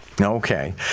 Okay